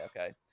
okay